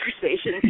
conversation